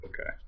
Okay